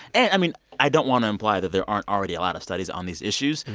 and i mean, i don't want to imply that there aren't already a lot of studies on these issues.